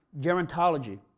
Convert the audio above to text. gerontology